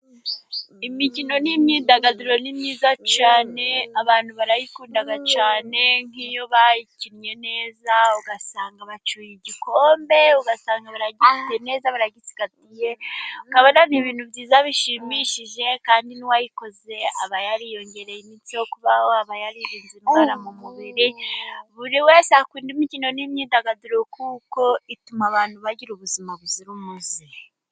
Imikino n'imyidagaduro ni myiza cyane . Abantu barayikunda cyane nk'iyo bayikinnye neza ,ugasanga bacyuye igikombe ugasanga biragenda neza baragiye akaba ari ibintu byiza bishimishije kandi n'uwayikoze aba yariyongereye iminsi yo kubaho, aba yaririnze indwara mu mubiri . Buri wese akunda imikino n'imyidagaduro ,kuko ituma abantu bagira ubuzima buzira umuze.